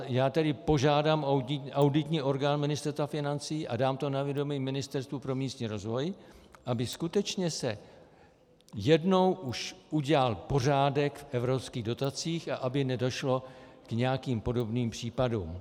Já tedy požádám auditní orgán Ministerstva financí a dám to na vědomí Ministerstvu pro místní rozvoj, aby skutečně se jednou už udělal pořádek v evropských dotacích a aby nedošlo k nějakým podobným případům.